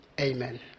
Amen